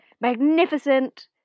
magnificent